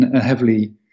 heavily